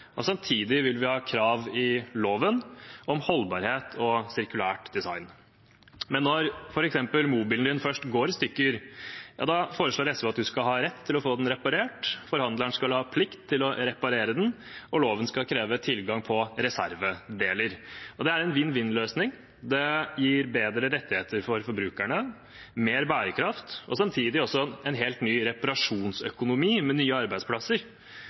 og samtidig vil vi ha krav i loven om holdbarhet og sirkulært design. Når mobilen din først går i stykker, foreslår SV at du skal ha rett til å få den reparert. Forhandleren skal ha plikt til å reparere den, og loven skal kreve tilgang på reservedeler. Det er en vinn-vinn-løsning – det gir bedre rettigheter for forbrukerne, mer bærekraft og samtidig også en helt ny reparasjonsøkonomi, med nye arbeidsplasser.